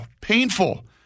painful